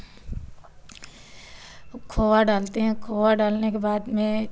खोआ डालते हैं खोआ डालने के बाद में